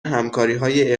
همکاریهای